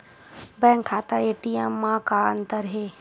Bank खाता ATM मा का अंतर हे?